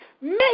Make